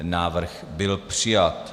Návrh byl přijat.